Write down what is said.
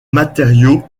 matériau